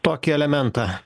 tokį elementą